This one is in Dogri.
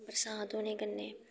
बरसांत होने कन्नै